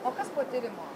o kas po tyrimo